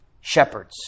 shepherds